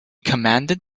commanded